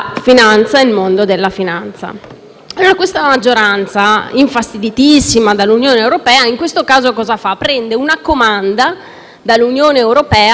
Questa maggioranza, molto infastidita dall'Unione europea, in questo caso cosa fa? Prende una comanda dall'Unione europea e scrive un decreto-legge in tre atti: